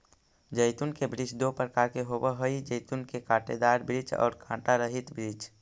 जैतून के वृक्ष दो प्रकार के होवअ हई जैतून के कांटेदार वृक्ष और कांटा रहित वृक्ष